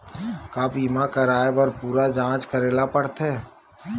का बीमा कराए बर पूरा जांच करेला पड़थे?